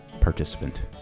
participant